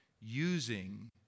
using